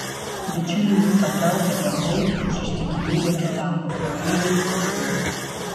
bičiuliai jį patraukia per dantį už ištikimybę kitam vladimirui putinui